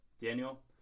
Daniel